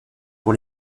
pour